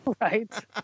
Right